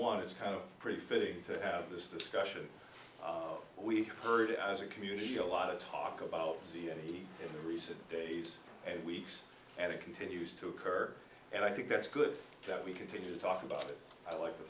one is kind of pretty fitting to have this discussion we've heard as a community a lot of talk about ziad in recent days and weeks and it continues to occur and i think that's good that we continue to talk about it i like the